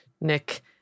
Nick